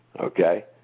Okay